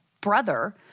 brother